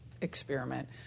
experiment